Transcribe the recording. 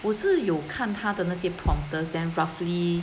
我是有看他的那些 prompters then roughly